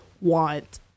want